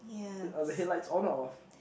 are the headlights on or off